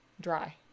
dry